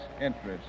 interests